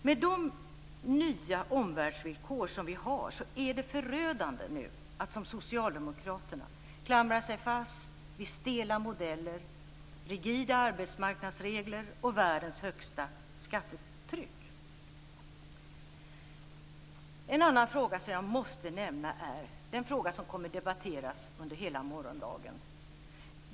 Med de nya omvärldsvillkor som vi har nu är det förödande att som socialdemokraterna klamra sig fast vid stela modeller, rigida arbetsmarknadsregler och världens högsta skattetryck. En annan fråga som jag måste nämna är den som kommer att debatteras under hela morgondagen.